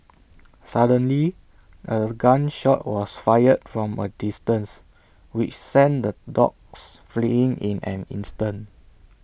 suddenly A gun shot was fired from A distance which sent the dogs fleeing in an instant